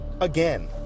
again